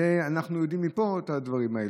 אנחנו יודעים מפה את הדברים האלה,